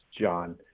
John